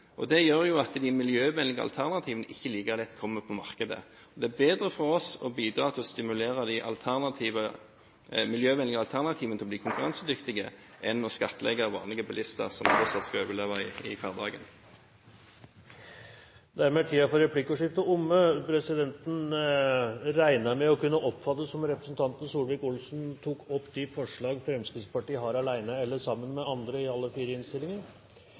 diesel. Det gjør jo at de miljøvennlige alternativene ikke like lett kommer på markedet. Det er bedre for oss å bidra til å stimulere de miljøvennlige alternativene til å bli konkurransedyktige enn å skattlegge vanlige bilister som tross alt skal overleve i hverdagen. Replikkordskiftet er omme. Et par dager før statsbudsjettet ble lagt frem, holdt statsminister Stoltenberg en tordentale til Arbeiderpartiets landsstyre. Han sa: «Det vil komme protester i høst, og det vil komme høylytte krav.» Og videre: «Vi skal styre unna alle feller som er